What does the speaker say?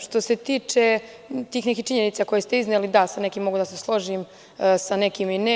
Što se tiče tih nekih činjenica koje ste izneli, da sa nekim mogu da se složim, sa nekim i ne.